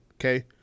Okay